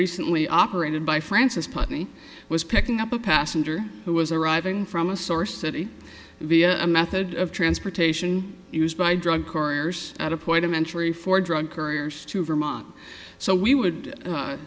recently operated by francis putney was picking up a passenger who was arriving from a source city via a method of transportation used by drug couriers at a point of entry for drug couriers to vermont so we would